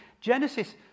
Genesis